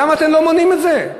למה אתם לא מונעים את זה?